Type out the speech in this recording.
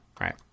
right